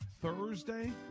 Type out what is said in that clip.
Thursday